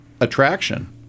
attraction